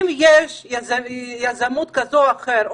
אם יש יזמות כזו או אחרת,